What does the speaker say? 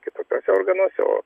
kitokiuose organuose o